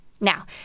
now